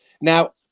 now